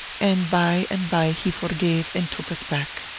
and by and by he forgave and took us back.